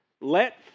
let